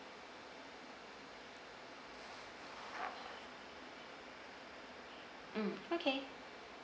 mm okay